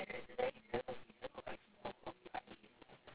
oh ya ya okay okay I know what dress you're talking about already ya ya ya